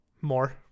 more